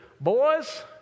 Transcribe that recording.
boys